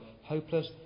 Hopeless